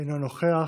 אינו נוכח.